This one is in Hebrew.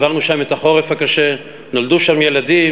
עברנו שם את החורף הקשה, נולדו שם ילדים,